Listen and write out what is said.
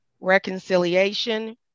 reconciliation